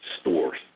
stores